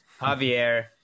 javier